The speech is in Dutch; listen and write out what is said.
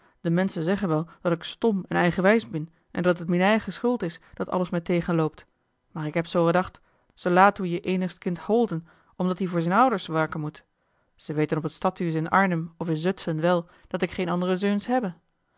de menschen zeggen wel dat ik stom en eigenwijs bin en dat het mien eigen schuld is dat alles mij tegenloopt maar ik heb zoo edacht ze laten oe je eenigst kind holden omdat hie voor zien ouders warken moet ze weten op het stadhuus in arnhem of in zutfen wel dat ik geen andere zeuns hebbe